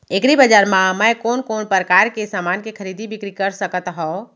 एग्रीबजार मा मैं कोन कोन परकार के समान के खरीदी बिक्री कर सकत हव?